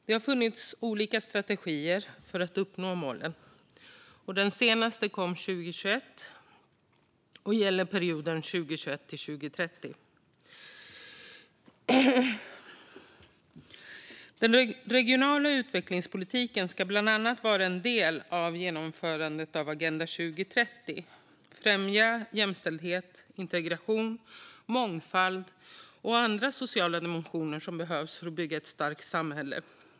Det har funnits olika strategier för att uppnå målen; den senaste kom 2021 och gäller perioden 2021-2030. Den regionala utvecklingspolitiken ska bland annat vara en del av genomförandet av Agenda 2030 och främja jämställdhet, integration, mångfald och andra sociala dimensioner som behövs för att bygga ett starkt samhälle.